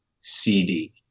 CD